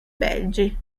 belgi